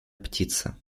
птица